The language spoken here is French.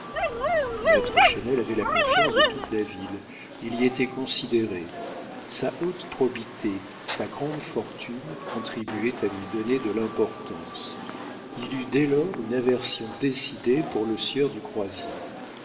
maître chesnel avait la confiance de toute la ville il y était considéré sa haute probité sa grande fortune contribuaient à lui donner de l'importance il eut dès lors une aversion décidée pour le sieur du croisier